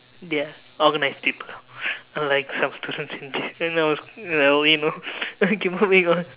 they are organized people unlike some students in J in our school uh you know okay keep moving on